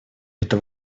это